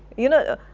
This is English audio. you know,